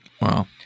Wow